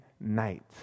night